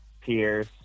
Pierce